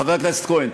חבר הכנסת כהן,